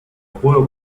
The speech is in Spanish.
juego